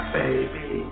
baby